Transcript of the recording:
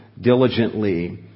diligently